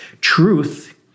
truth